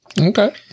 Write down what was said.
Okay